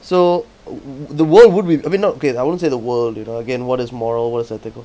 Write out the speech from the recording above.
so the world would be I mean not okay I won't say the world you know again one is moral one is ethical